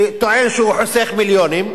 שטוען שהוא חוסך מיליונים,